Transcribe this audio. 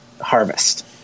harvest